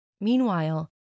Meanwhile